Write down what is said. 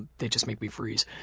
they just make me freeze.